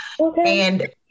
Okay